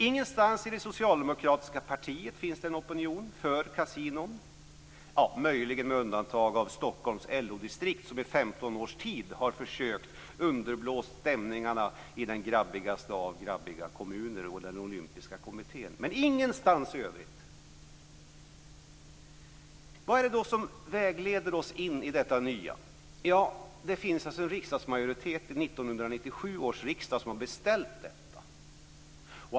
Ingenstans i det socialdemokratiska partiet finns det en opinion för kasinon. Möjligen med undantag av Stockholms LO-distrikt, som i 15 års tid har försökt att underblåsa stämningarna i den grabbigaste av grabbiga kommuner och i den olympiska kommittén. Men ingenstans i övrigt. Vad är det då som vägleder oss in i detta nya? Det fanns alltså en majoritet i 1997 års riksdag som har beställt detta.